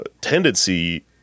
tendency